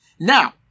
Now